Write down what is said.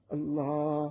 Allah